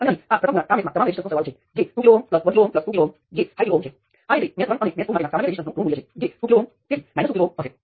તેથી તે બે ટર્મિનલ્સ પર ઇલેટ્રિકલ વર્તણૂકનો અભ્યાસ કરીને તમે બંને વચ્ચે તફાવત કરી શકતા નથી